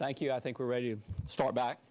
thank you i think we're ready to start back